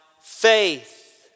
faith